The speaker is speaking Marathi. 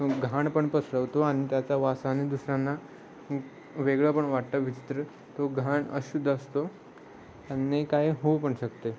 घाण पण पसरवतो आणि त्याचा वासाने दुसऱ्यांना वेगळं पण वाटतं विचित्र तो घाण अशुद्ध असतो आणि काय होऊ पण शकते